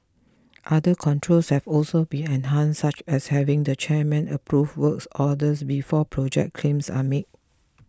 other controls have also been enhanced such as having the chairman approve works orders before project claims are made